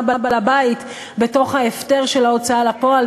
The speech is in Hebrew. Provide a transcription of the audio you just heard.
בעל-הבית בתוך ההפטר של ההוצאה לפועל,